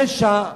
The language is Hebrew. פשע,